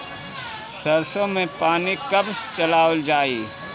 सरसो में पानी कब चलावल जाई?